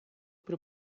при